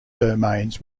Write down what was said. domains